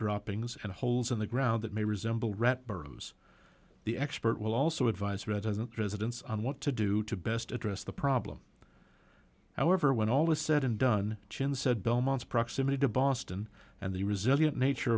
droppings and holes in the ground that may resemble rat burrows the expert will also advise resident residents on what to do to best address the problem however when all is said and done chin said belmont's proximity to boston and the resilient nature